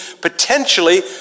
potentially